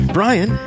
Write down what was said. Brian